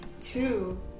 two